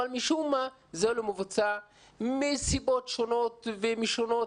אבל משום מה זה לא מבוצע מסיבות שונות ומשונות.